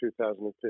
2015